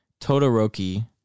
Todoroki